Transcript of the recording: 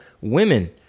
women